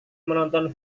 menonton